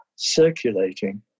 circulating